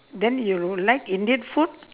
then you like indian food